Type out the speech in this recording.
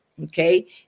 Okay